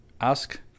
Ask